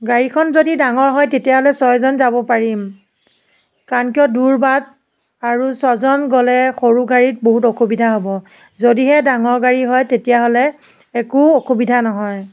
গাড়ীখন যদি ডাঙৰ হয় তেতিয়াহ'লে ছয়জন যাব পাৰিম কাৰণ কিয় দূৰ বাট আৰু ছজন গ'লে সৰু গাড়ীত বহুত অসুবিধা হ'ব যদিহে ডাঙৰ গাড়ী হয় তেতিয়াহ'লে একো অসুবিধা নহয়